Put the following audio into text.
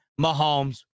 Mahomes